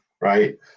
right